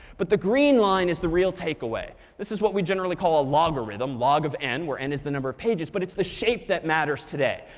but the green line is the real takeaway this is what we generally call a logorithm log of n, where n is the number of pages. but it's the shape that matters today,